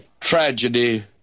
tragedy